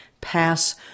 pass